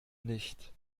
nicht